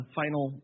final